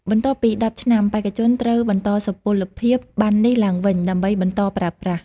បន្ទាប់ពី ១០ ឆ្នាំ បេក្ខជនត្រូវបន្តសុពលភាពប័ណ្ណនេះឡើងវិញ ដើម្បីបន្តប្រើប្រាស់។